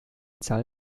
zahl